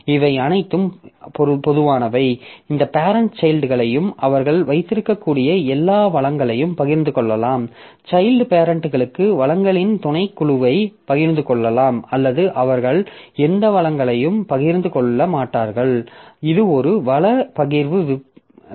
இவை அனைத்தும் பொதுவானவை இந்த பேரெண்ட் சைல்ட்களையும் அவர்கள் வைத்திருக்கக்கூடிய எல்லா வளங்களையும் பகிர்ந்து கொள்ளலாம் சைல்ட் பேரெண்ட்களுக்கு வளங்களின் துணைக்குழுவைப் பகிர்ந்து கொள்ளலாம் அல்லது அவர்கள் எந்த வளங்களையும் பகிர்ந்து கொள்ள மாட்டார்கள் இது ஒரு வள பகிர்வு விருப்பமாகும்